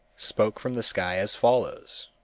spoke from the sky as follows